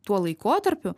tuo laikotarpiu